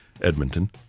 Edmonton